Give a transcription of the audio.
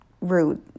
rude